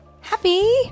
happy